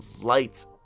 lights